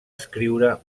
escriure